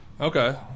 Okay